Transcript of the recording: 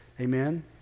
Amen